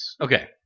Okay